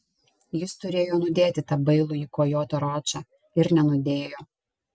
jis turėjo nudėti tą bailųjį kojotą ročą ir nenudėjo